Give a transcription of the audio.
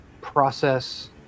process